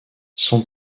son